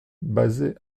basée